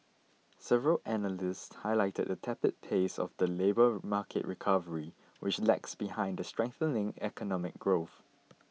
several analysts highlighted the tepid pace of the labour market recovery which lags behind the strengthening economic growth